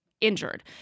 Injured